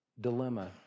dilemma